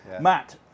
Matt